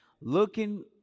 looking